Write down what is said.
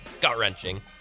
gut-wrenching